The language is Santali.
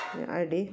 ᱤᱧᱟᱹᱜ ᱟᱭᱰᱤ